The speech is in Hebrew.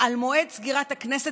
על מועד סגירת הכנסת,